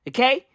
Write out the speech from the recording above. Okay